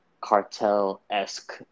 cartel-esque